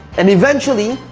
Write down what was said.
and eventually,